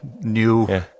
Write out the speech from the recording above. new